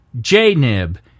J-Nib